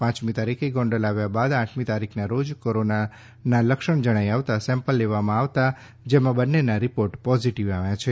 પાંચમી તારીખે ગોંડલ આવ્યા બાદ આંઠમી તારીખ ના રોજ કોરોના લક્ષણ જણાઇ આવતા સેમ્પલ લેવામાં આવ્યા જેમાં બંને ના રિપોર્ટ પોઝિટિવ આવ્યા છે